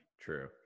true